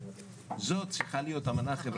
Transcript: זאת צריכה להיות אמנה חברתית חדשה.